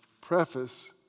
preface